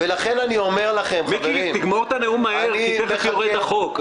תגמור את הנאום מהר כי תכף יורד החוק.